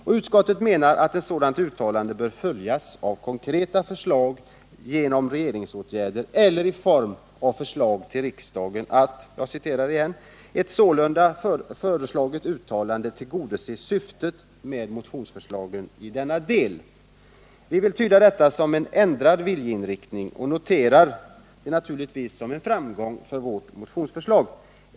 Och utskottet menar att ett sådant uttalande bör följas av konkreta förslag genom regeringsåtgärder eller i form av förslag till riksdagen och att ”ett sålunda föreslaget uttalande tillgodoser syftet med motionsförslagen i denna del”. Vi vill tyda detta som en ändrad viljeinriktning och noterar det naturligtvis som en framgång för vårt motionsförslag.